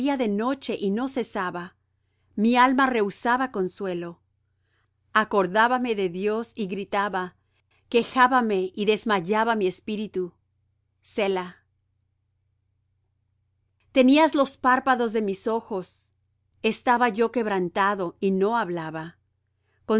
de noche y no cesaba mi alma rehusaba consuelo acordábame de dios y gritaba quejábame y desmayaba mi espíritu selah tenías los párpados de mis ojos estaba yo quebrantado y no hablaba